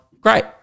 great